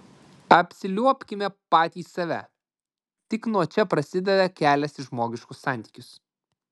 apsiliuobkime patys savyje tik nuo čia prasideda kelias į žmogiškus santykius